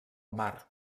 mar